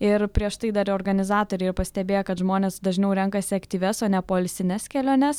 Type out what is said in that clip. ir prieš tai dar organizatoriai yra pastebėję kad žmonės dažniau renkasi aktyvias o ne poilsines keliones